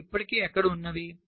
BF ఇప్పటికే ఎక్కడ ఉన్నవి